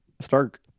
Stark